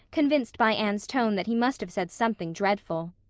convinced by anne's tone that he must have said something dreadful.